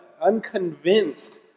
unconvinced